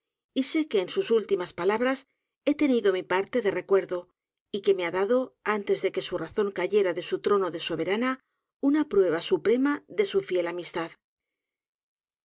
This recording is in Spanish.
y sé que en sus últimas palabras he tenido mi parte de recuerdo y que me h a dado antes de que su razón cayera de su trono de soberana una prueba suprema de su fiel amistad